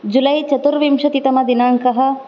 जुलै चतुर्विंशतितमदिनाङ्कः